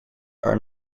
are